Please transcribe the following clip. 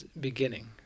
beginning